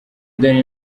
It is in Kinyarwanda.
dany